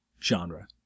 Genre